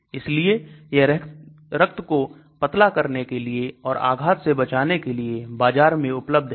इसलिए यह रक्त को पतला करने के लिए और आघात से बचाने के लिए बाजार में उपलब्ध है